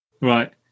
right